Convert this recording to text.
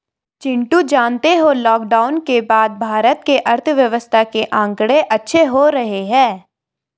चिंटू जानते हो लॉकडाउन के बाद भारत के अर्थव्यवस्था के आंकड़े अच्छे हो रहे हैं